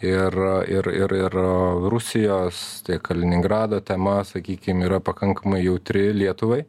ir ir ir ir rusijos kaliningrado tema sakykim yra pakankamai jautri lietuvai